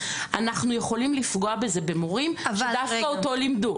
אנחנו יכולים לפגוע בזה במורים שדווקא אותו לימדו.